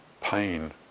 pain